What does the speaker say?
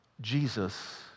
Jesus